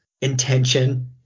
intention